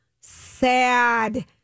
sad